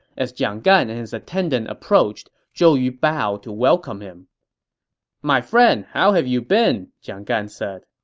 as jiang gan and his attendant approached, zhou yu bowed to welcome him my friend, how have you been? jiang gan said